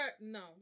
No